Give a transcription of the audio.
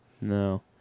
No